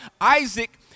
Isaac